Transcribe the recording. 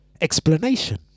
Explanation